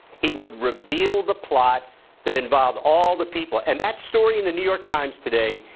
he would reveal the plot that involved all the people. and that story in the new york times today,